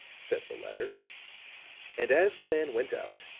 said the latter and, as the man went out,